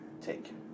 take